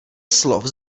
slov